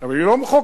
אבל היא לא מחוקקת,